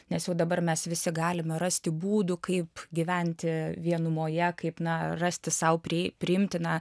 nes jau dabar mes visi galime rasti būdų kaip gyventi vienumoje kaip na rasti sau pripriimtiną